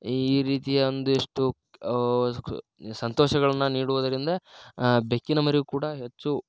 ಈ ರೀತಿಯ ಒಂದಿಷ್ಟು ಸಂತೋಷಗಳನ್ನು ನೀಡುವುದರಿಂದ ಬೆಕ್ಕಿನ ಮರಿಯು ಕೂಡ ಹೆಚ್ಚು